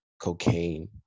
cocaine